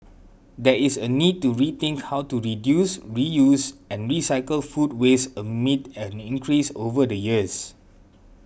there is a need to rethink how to reduce reuse and recycle food waste amid an increase over the years